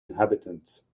inhabitants